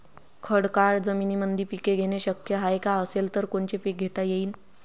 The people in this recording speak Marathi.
खडकाळ जमीनीमंदी पिके घेणे शक्य हाये का? असेल तर कोनचे पीक घेता येईन?